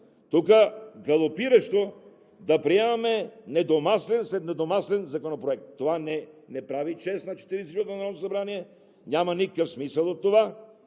галопиращо да приемаме недомислен, след недомислен законопроект. Това не прави чест на 44-тото народно събрание. Няма никакъв смисъл от това